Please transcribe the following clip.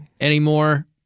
anymore